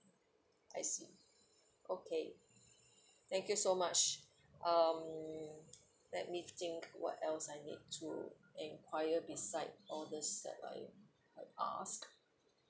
I see okay thank you so much um let me think what else I need to enquire beside all this that I I ask